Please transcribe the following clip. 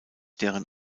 deren